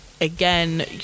again